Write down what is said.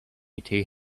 tea